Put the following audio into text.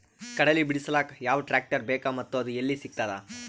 ಕಡಲಿ ಬಿಡಿಸಲಕ ಯಾವ ಟ್ರಾಕ್ಟರ್ ಬೇಕ ಮತ್ತ ಅದು ಯಲ್ಲಿ ಸಿಗತದ?